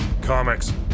comics